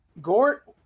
Gort